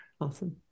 awesome